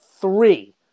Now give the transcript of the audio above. three